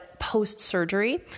post-surgery